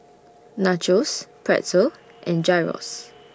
Nachos Pretzel and Gyros